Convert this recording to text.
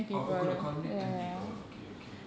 oh it could accomodate ten people okay okay